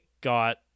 got